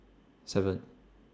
seven